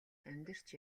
амьдарч